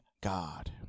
God